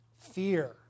fear